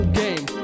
game